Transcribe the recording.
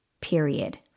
Period